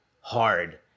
hard